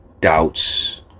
doubts